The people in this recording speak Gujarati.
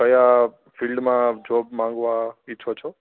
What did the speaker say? કયા ફિલ્ડમાં જોબ માંગવા ઈચ્છો છો